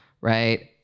right